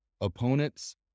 opponents